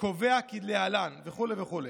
קובע כלהלן, וכו' וכו'.